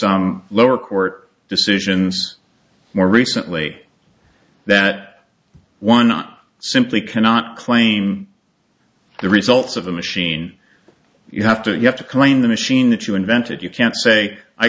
some lower court decisions more recently that one not simply cannot claim the results of a machine you have to you have to claim the machine that you invented you can't say i